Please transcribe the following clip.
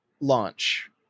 launch